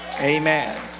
amen